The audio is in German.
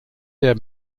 der